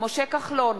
משה כחלון,